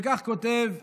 וכך כותב בנט: